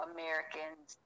Americans